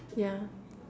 yeah